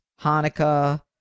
Hanukkah